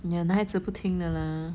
ya 男孩子不听的 lah